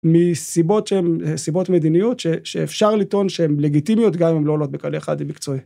מסיבות מדיניות שאפשר לטעון שהן לגיטימיות גם אם לא עולות בקנה אחד עם מקצועי